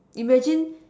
imagine